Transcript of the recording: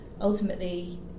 ultimately